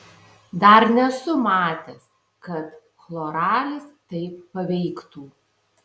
dar nesu matęs kad chloralis taip paveiktų